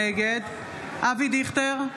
נגד אבי דיכטר,